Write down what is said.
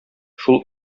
шул